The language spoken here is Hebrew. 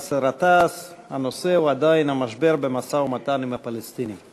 בנושא: המשבר במשא-ומתן עם הפלסטינים,